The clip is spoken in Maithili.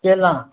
केला